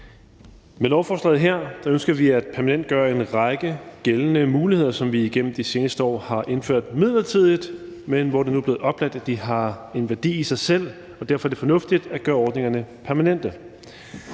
Med lovforslaget her ønsker vi at permanentgøre en række gældende muligheder, som vi igennem de seneste år har indført midlertidigt, men nu er det blevet oplagt, at de har en værdi i sig selv, og derfor er det fornuftigt at gøre ordningerne permanente.